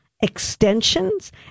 extensions